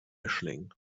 mischling